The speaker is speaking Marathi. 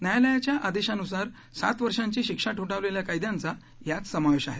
न्यायालयाच्या आदेशानुसार सात वर्षांची शिक्षा ठोठावलेल्या कैद्यांचा यात समावेश आहे